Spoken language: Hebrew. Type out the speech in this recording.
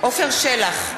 עפר שלח,